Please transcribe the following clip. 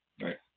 Right